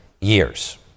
years